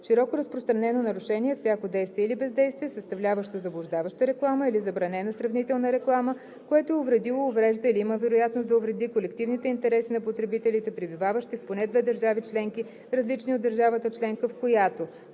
широко разпространено нарушение е всяко действие или бездействие, съставляващо заблуждаваща реклама или забранена сравнителна реклама, което е увредило, уврежда или има вероятност да увреди колективните интереси на потребителите, пребиваващи в поне две държави членки, различни от държавата членка, в която: